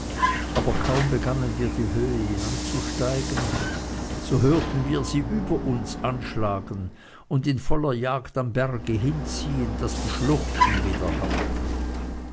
aber kaum begannen wir die höhe hinanzusteigen so hörten wir sie über uns anschlagen und in voller jagd am berge hinziehen daß die schluchten